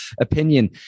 opinion